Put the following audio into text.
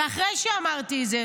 ואחרי שאמרתי את זה,